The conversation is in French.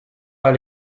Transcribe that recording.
pas